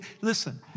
listen